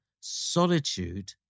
solitude